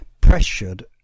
pressured